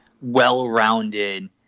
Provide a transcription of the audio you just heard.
well-rounded